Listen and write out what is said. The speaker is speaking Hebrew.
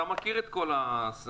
אתה מכיר את המצב.